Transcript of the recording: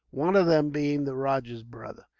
one of them being the rajah's brother.